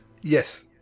Yes